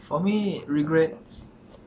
for me regrets